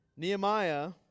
Nehemiah